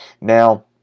Now